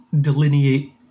delineate